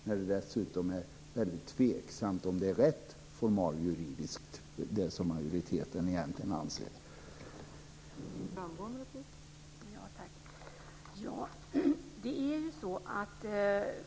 Det är dessutom väldigt tveksamt om det som majoriteten egentligen anser är rätt formaliejuridiskt.